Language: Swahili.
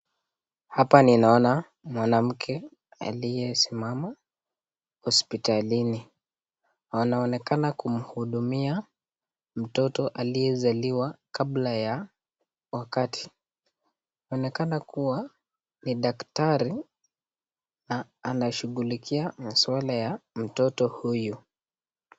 Hapa ni naona mwanamke aliyesimama hospitalini wanaonekana kumhudumia mtoto aliyezaliwa kabla ya wakati inaonekana kuwa ni daktari na anashughulikia masuala ya mtoto huyu.